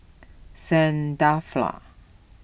Saint Dalfour